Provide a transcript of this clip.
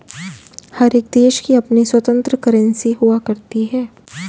हर एक देश की अपनी स्वतन्त्र करेंसी हुआ करती है